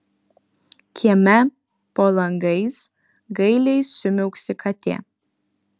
kieme po langais gailiai sumiauksi katė